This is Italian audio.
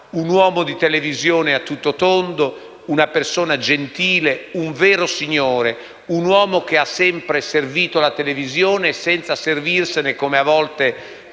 un uomo di televisione a tutto tondo, una persona gentile, un vero signore, un uomo che ha sempre servito la televisione senza servirsene come, a volte,